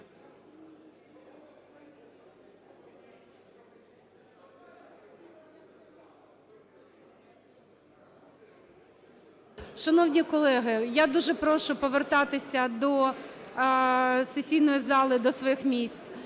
Шановні колеги, я дуже прошу повертатися до сесійної зали, до своїх місць.